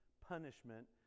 punishment